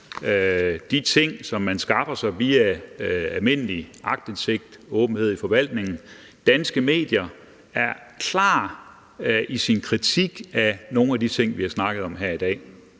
de ting, som man skaffer sig via almindelig aktindsigt og åbenhed i forvaltningen, er klar i sin kritik af nogle af de ting, vi har snakket om her i dag.